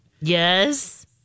yes